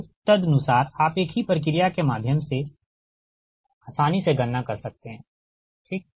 तो तदनुसार आप एक ही प्रक्रिया के माध्यम से आसानी से गणना कर सकते हैं ठीक